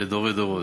לדורי דורות.